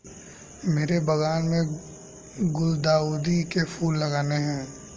मेरे बागान में गुलदाउदी के फूल लगाने हैं